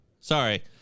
Sorry